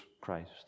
Christ